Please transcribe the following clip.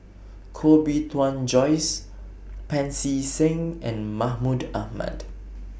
Koh Bee Tuan Joyce Pancy Seng and Mahmud Ahmad